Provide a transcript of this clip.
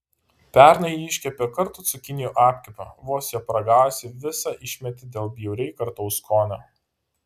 pernai ji iškepė kartų cukinijų apkepą vos jo paragavusi visą išmetė dėl bjauriai kartaus skonio